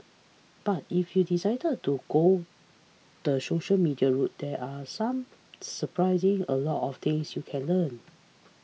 but if you decided to go the social media route there are some surprising a lot of things you can learn